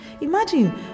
Imagine